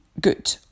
good